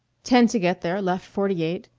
ten to get there left forty-eight.